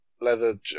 leather